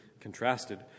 contrasted